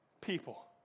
people